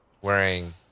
wearing